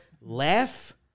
Laugh